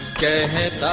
go ahead.